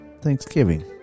Thanksgiving